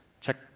Check